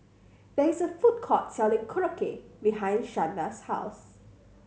there is a food court selling Korokke behind Shanda's house